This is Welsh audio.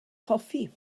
hoffi